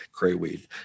crayweed